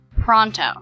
pronto